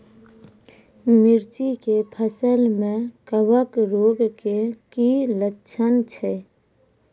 मिर्ची के फसल मे कवक रोग के की लक्छण छै?